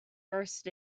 first